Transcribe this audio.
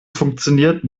funktioniert